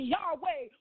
Yahweh